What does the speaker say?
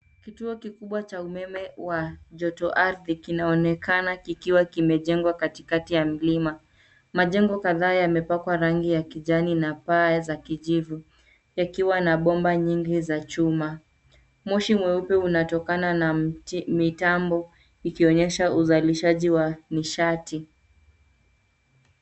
Kituo kikubwa cha umeme wa joto ardhi kinaonekana kikiwa kimejengwa katikati ya mlima. Majengo kadhaa yamepakwa rangi ya kijani na paa za kijivu, yakiwa na bomba nyingi za chuma. Moshi mweupe unatokana na mitambo ikionyesha uzalishaji wa nishati.